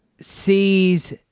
sees